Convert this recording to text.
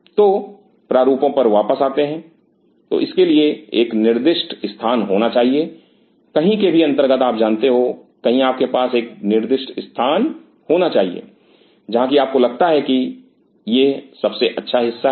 तो प्रारूपों पर वापस आते हैं तो इसके लिए एक निर्दिष्ट स्थान होना चाहिए कहीं के भी अंतर्गत आप जानते हो कहीं आपके पास एक निर्दिष्ट स्थान होना चाहिए जहां कि आपको लगता है कि यह सबसे अच्छा हिस्सा है